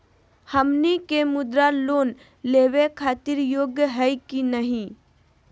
हमनी के मुद्रा लोन लेवे खातीर योग्य हई की नही?